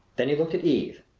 then he looked at eve.